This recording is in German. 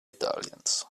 italiens